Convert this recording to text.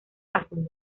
azules